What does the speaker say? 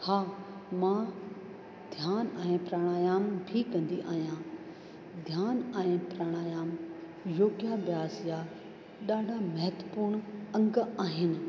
हा मां ध्यान ऐं प्राणायाम बि कंदी आहियां ध्यान ऐं प्राणायाम योगा अभ्यास जा ॾाढा महत्वपूर्ण अंग आहिनि